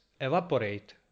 evaporate